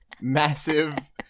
massive